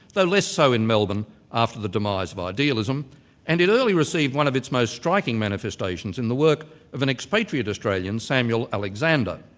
though less so in melbourne after the demise of idealism and it early received one of its most striking manifestations in the work of an ex patriot australian, samuel alexander.